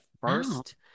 first